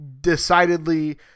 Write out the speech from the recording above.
decidedly